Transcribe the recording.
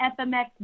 fmx